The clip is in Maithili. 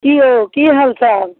की यौ की हालचाल